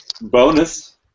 Bonus